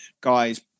guys